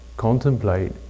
contemplate